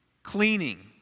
Cleaning